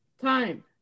time